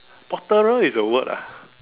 potterer is a word ah